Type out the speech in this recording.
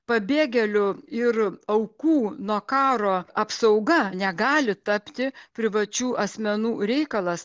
pabėgėlių ir aukų nuo karo apsauga negali tapti privačių asmenų reikalas